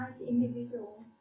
Individual